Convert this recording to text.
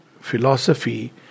philosophy